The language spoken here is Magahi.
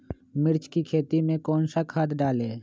मिर्च की खेती में कौन सा खाद डालें?